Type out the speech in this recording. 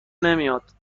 نمیاد